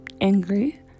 angry